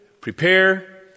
prepare